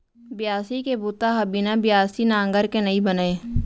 बियासी के बूता ह बिना बियासी नांगर के नइ बनय